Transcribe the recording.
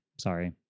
Sorry